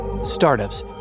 Startups